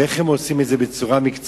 איך הם עושים את זה בצורה מקצועית?